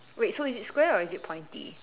wait so is it Square or is it pointy